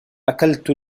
أكلت